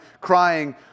crying